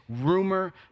rumor